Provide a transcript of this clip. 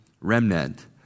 remnant